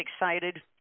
excited